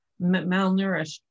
malnourished